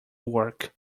work